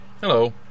Hello